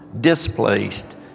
displaced